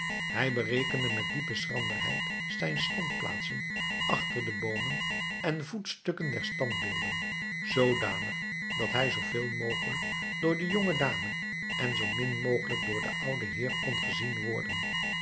hij berekende met diepe schranderheid zijn standplaatsen achter de boomen en voetstukken der standbeelden zoodanig dat hij zoo veel mogelijk door de jonge dame en zoo min mogelijk door den ouden heer kon gezien worden